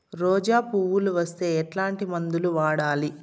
రోజా పువ్వులు వస్తే ఎట్లాంటి మందులు వాడాలి?